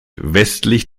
westlich